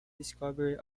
discovery